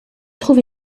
trouve